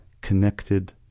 connected